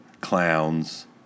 clowns